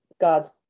God's